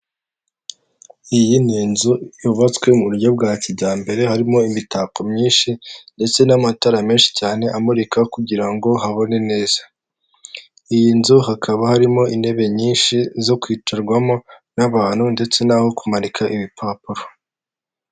Umukobwa mwiza ufite ibisuko wambaye umupira w'umutuku, akaba imbere ye hari mudasobwa, akaba ari kureba ibiciro by'ibicuruzwa.